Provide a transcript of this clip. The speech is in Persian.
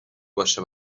باشه